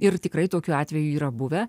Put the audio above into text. ir tikrai tokių atvejų yra buvę